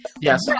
Yes